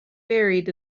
buried